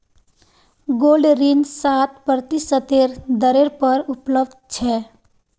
gold ऋण सात प्रतिशतेर दरेर पर उपलब्ध छ